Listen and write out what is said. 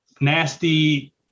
nasty